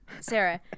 Sarah